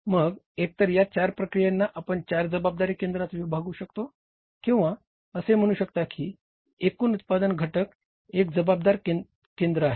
मग एकतर आपण या चार प्रक्रियांना आपण चार जबाबदारी केंद्रात विभागू शकता किंवा असे म्हणू शकता की एकूण उत्पादन घटक एक जबाबदारी केंद्र आहे